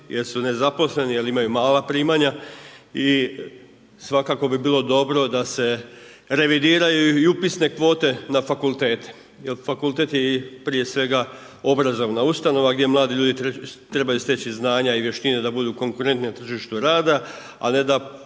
jer su nezaposleni, jer imaju mala primanja. I svakako bi bilo dobro da se revidiraju i upisne kvote na fakultete. Jer fakultet je i prije svega obrazovna ustanova gdje mladi ljudi trebaju steći znanja i vještine da budu konkurentni na tržištu rada a ne da